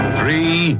three